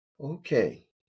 okay